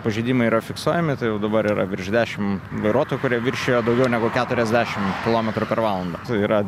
pažeidimai yra fiksuojami tai jau dabar yra virš dešimt vairuotojų kurie viršijo daugiau negu keturiasdešim kilometrų per valandą tai yra